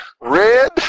red